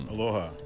Aloha